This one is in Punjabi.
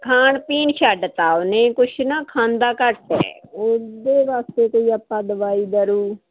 ਖਾਣ ਪੀਣ ਛੱਡਤਾ ਉਹਨੇ ਕੁਛ ਨਾ ਖਾਂਦਾ ਘੱਟ ਐ ਉਹਦੇ ਵਾਸਤੇ ਕੋਈ ਆਪਾਂ ਦਵਾਈ ਦਾਰੂ